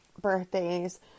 birthdays